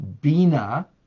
Bina